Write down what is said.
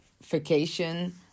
vacation